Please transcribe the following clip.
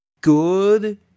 good